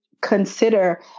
consider